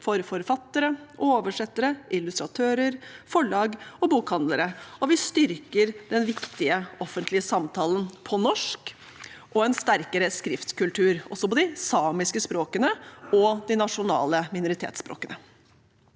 for forfattere, oversettere, illustratører, forlag og bokhandlere. Vi styrker den viktige offentlige samtalen på norsk og en sterkere skriftkultur, også på de samiske språkene